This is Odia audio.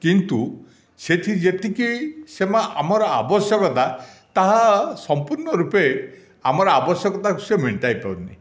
କିନ୍ତୁ ସେଠି ଯେତିକି ସେମା ଆମର ଆବଶ୍ୟକତା ତାହା ସମ୍ପୂର୍ଣ୍ଣ ରୂପେ ଆମର ଆବଶ୍ୟକତାକୁ ମେଣ୍ଟାଇ ପାରୁନାହିଁ